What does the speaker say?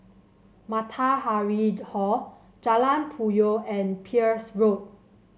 Matahari Hall Jalan Puyoh and Peirce Road